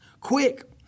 quick